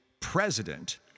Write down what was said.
president